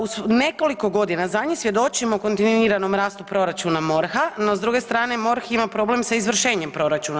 U nekoliko godina zadnjih svjedočimo kontinuiranom rastu proračuna MORH-a, no s druge strane MORH ima problem sa izvršenjem proračuna.